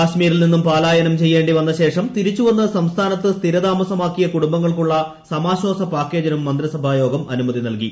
കശ്മീരിൽ നിന്നും പലായനം ചെയ്യേണ്ടിവന്ന ശേഷം തിരിച്ചു വന്ന് സംസ്ഥാനത്ത് സ്ഥിരതാമസമാക്കിയ കുടുംബങ്ങൾക്കുള്ള സമാശ്വാസ പാക്കേജിനും മന്ത്രിസഭായോഗം അ്ണുമതി നൽകി